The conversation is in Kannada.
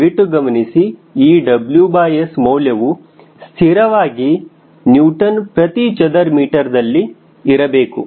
ದಯವಿಟ್ಟು ಗಮನಿಸಿ ಈ WS ಮೌಲ್ಯವು ಸ್ಥಿರವಾಗಿ Nm2ಯಲ್ಲಿ ಇರಬೇಕು